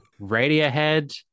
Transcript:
Radiohead